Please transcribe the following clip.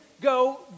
go